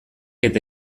eta